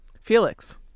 Felix